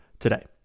Today